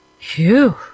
Phew